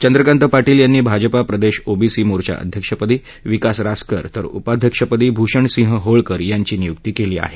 चंद्रकांतदादा पाधील यांनी भाजपा प्रदेश ओबीसी मोर्चा अध्यक्षपदी विकास रासकर तर उपाध्यक्षपदी भूषणसिंह होळकर यांची निय्क्ती केली आहे